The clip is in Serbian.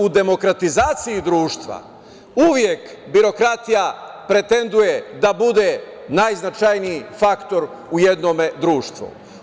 U demokratizaciji društva uvek birokratija pretenduje da bude najznačajniji faktor u jednom društvu.